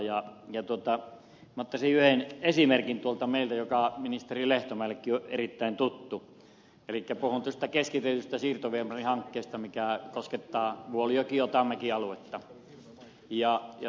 minä ottaisin tuolta meiltä yhden esimerkin joka ministeri lehtomäellekin on erittäin tuttu elikkä puhun keskitetystä siirtoviemärihankkeesta mikä koskettaa vuolijokiotamäki aluetta